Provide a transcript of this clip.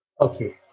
Okay